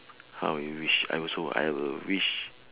how you wish I also I will wish